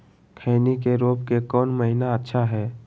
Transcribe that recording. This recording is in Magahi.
खैनी के रोप के कौन महीना अच्छा है?